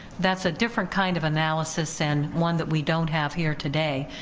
that's a different kind of analysis and one that we don't have here today.